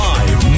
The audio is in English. Live